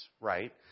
right